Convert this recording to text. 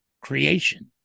creation